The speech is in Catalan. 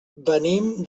venim